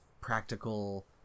practical